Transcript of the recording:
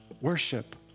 Worship